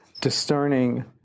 discerning